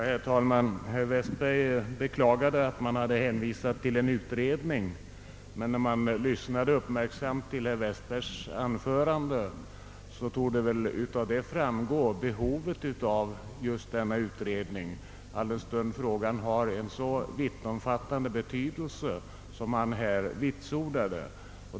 Herr talman! Herr Westberg beklagade att utskottet hade hänvisat till en utredning, men den som uppmärksamt lyssnade till hans anförande måste väl ha funnit att av det framgick behovet av just denna utredning alldenstund frågan har en så vittomfattande betydelse som han här vitsordade.